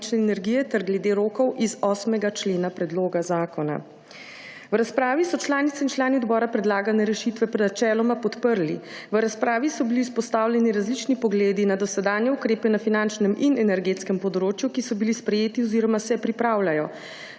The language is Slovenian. ter glede rokov iz 8. člena predloga zakona. V razpravi so članice in člani odbora predlagane rešitve načeloma podprli. V razpravi so bili izpostavljeni različni pogledi na dosedanje ukrepe na finančnem in energetskem področju, ki so bili sprejeti oziroma se pripravljajo.